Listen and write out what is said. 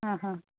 हां हां